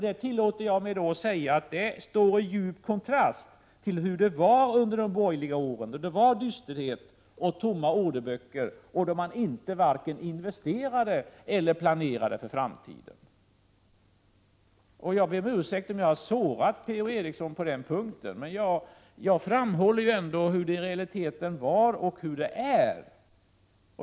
Jag tillåter mig att säga att detta står i djup kontrast till hur det var under de borgerliga åren då det var dysterhet och tomma orderböcker, och då företagen varken investerade eller planerade för framtiden. Jag ber om ursäkt om jag har sårat P-O Eriksson på den punkten, men jag framhåller ju ändå hur det i realiteten var och är.